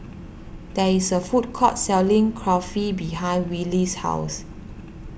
there is a food court selling Kulfi behind Willie's house